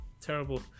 terrible